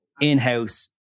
in-house